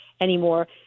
anymore